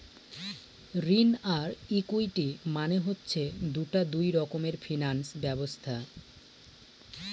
ঋণ আর ইকুইটি মানে হচ্ছে দুটা দুই রকমের ফিনান্স ব্যবস্থা